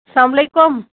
سلام علیکُم